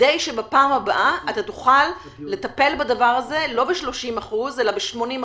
כדי שבפעם הבאה תוכל לטפל בדבר הזה לא ב-30% אלא ב-80%,